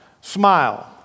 Smile